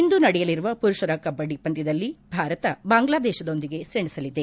ಇಂದು ನಡೆಯಲಿರುವ ಮರುಷರ ಕಬ್ಬಡಿ ಪಂದ್ಯದಲ್ಲಿ ಭಾರತ ಬಾಂಗ್ಲಾದೇಶದೊಂದಿಗೆ ಸೆಣೆಸಲಿದೆ